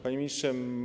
Panie Ministrze!